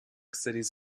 cities